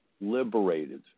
liberated